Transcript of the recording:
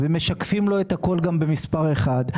משקפים לו את הכול גם במספר אחד.